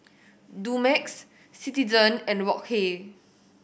Dumex Citizen and Wok Hey